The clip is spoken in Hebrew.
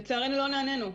לצערנו לא נענינו.